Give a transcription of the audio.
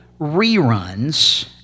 reruns